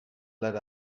let